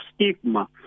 stigma